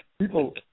People